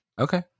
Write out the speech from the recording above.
Okay